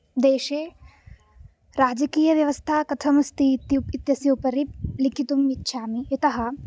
देशे राजकीयव्यवस्था कथमस्ति इत्यस्य विषये लिखितुम् इच्छामि यतः